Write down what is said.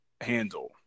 handle